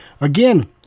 Again